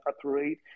operate